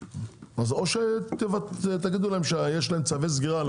אז או שתגידו להם שיש להם צווי סגירה על